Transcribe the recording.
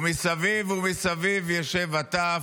ומסביב ומסביב ישב הטף,